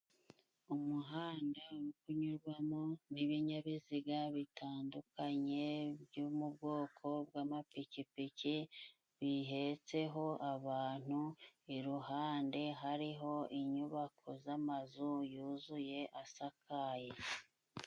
umuhanda uri kunyurwamo n'ibinyabiziga bitandukanye, byo mu bwoko bw'amapikipiki bihetseho abantu. Iruhande hariho inyubako z'amazu yuzuye asakaye.